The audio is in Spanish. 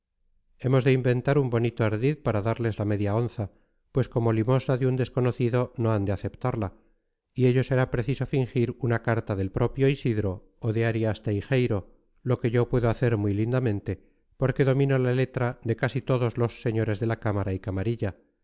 hemos de inventar un bonito ardid para darles la media onza pues como limosna de un desconocido no han de aceptarla y ello será preciso fingir una carta del propio isidro o de arias teijeiro lo que yo puedo hacer muy lindamente porque domino la letra de casi todos los señores de la cámara y camarilla